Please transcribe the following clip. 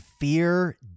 fear